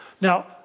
Now